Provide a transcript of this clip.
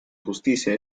justicia